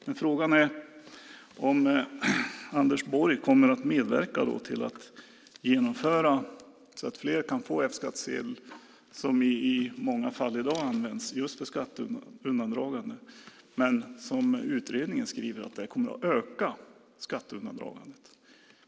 Men frågan är om Anders Borg kommer att medverka till att genomföra förändringar så att fler kan få F-skattsedel, som i många fall i dag används just för skatteundandragande. Utredningen skriver alltså att det kommer att öka skatteundandragandet.